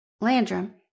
Landrum